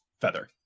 feather